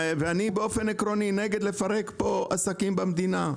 ואני באופן עקרוני נגד לפרק פה עסקים במדינה.